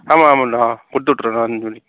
ஆமாம் மேடோம் கொடுத்துவுட்டுறேன் அஞ்சு மணிக்கு